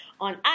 on